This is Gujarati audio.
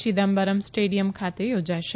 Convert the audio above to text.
ચિદામ્બરમ સ્ટેડીયમ ખાતે યોજાશે